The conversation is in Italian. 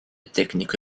tecnico